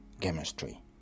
chemistry